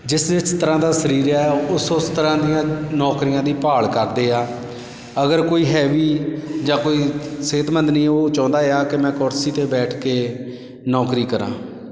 ਜਿਸ ਜਿਸ ਤਰ੍ਹਾਂ ਦਾ ਸਰੀਰ ਹੈ ਉਸ ਉਸ ਤਰ੍ਹਾਂ ਦੀਆਂ ਨੌਕਰੀਆਂ ਦੀ ਭਾਲ ਕਰਦੇ ਆ ਅਗਰ ਕੋਈ ਹੈਵੀ ਜਾਂ ਕੋਈ ਸਿਹਤਮੰਦ ਨਹੀਂ ਉਹ ਚਾਹੁੰਦਾ ਆ ਕਿ ਮੈਂ ਕੁਰਸੀ 'ਤੇ ਬੈਠ ਕੇ ਨੌਕਰੀ ਕਰਾਂ